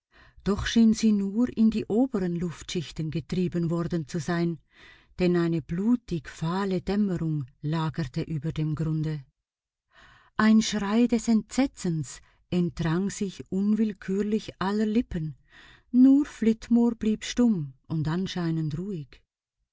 doch schien sie nur in die oberen luftschichten getrieben worden zu sein denn eine blutig fahle dämmerung lagerte über dem grunde ein schrei des entsetzens entrang sich unwillkürlich aller lippen nur flitmore blieb stumm und anscheinend ruhig